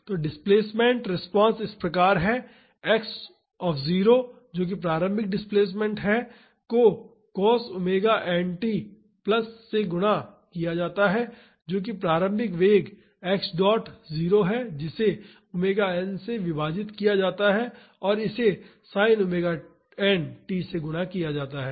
तो displacement response इस प्रकार है x जो कि प्रारंभिक डिस्प्लेसमेंट है को cos ⍵nt प्लस से गुणा किया जाता है जो कि प्रारंभिक वेग x डॉट है जिसे ⍵n से विभाजित किया जाता है और इसे Sin ⍵nt से गुणा किया जाता है